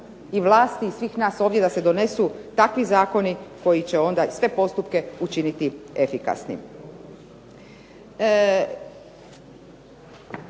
i vlasti i svih nas ovdje da se donesu takvi zakoni koji će onda sve postupke učiniti efikasnim.